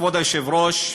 כבוד היושב-ראש,